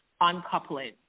uncoupling